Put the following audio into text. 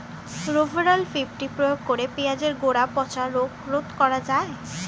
Rovral fifty প্রয়োগ করে পেঁয়াজের গোড়া পচা রোগ রোধ করা যায়?